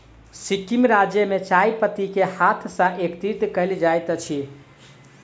सिक्किम राज्य में चाय पत्ती के हाथ सॅ एकत्रित कयल जाइत अछि